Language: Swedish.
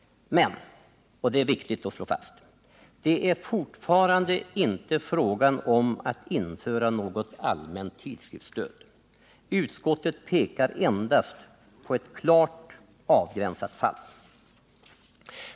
Men — och det är viktigt att slå fast — det är fortfarande inte fråga om att införa något allmänt tidskriftsstöd, utskottet pekar endast på ett klart avgränsat fall.